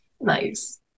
Nice